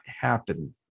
happen